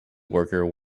worker